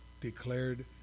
declared